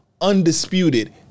undisputed